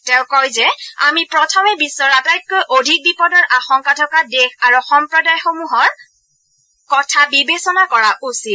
তেওঁ কয় যে আমি প্ৰথমে বিশ্বৰ আটাইতকৈ অধিক বিপদৰ আশংকা থকা দেশ আৰু সম্প্ৰদায়সমূহৰ চিন্তাৰ কথা বিবেচনা কৰা উচিত